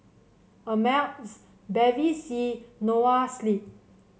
Ameltz Bevy C Noa Sleep